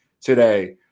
today